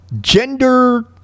gender